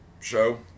show